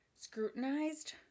scrutinized